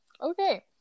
Okay